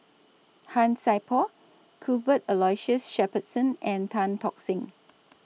Han Sai Por Cuthbert Aloysius Shepherdson and Tan Tock Seng